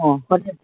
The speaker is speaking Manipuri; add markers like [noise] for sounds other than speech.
ꯑꯧ [unintelligible]